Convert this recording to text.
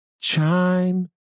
chime